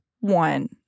one